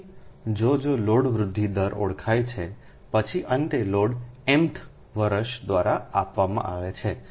તેથી જો જો લોડ વૃદ્ધિ દર ઓળખાય છે પછી અંતે લોડ mthવર્ષ દ્વારા આપવામાં આવે છે